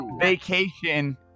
vacation